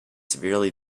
severely